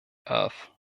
earth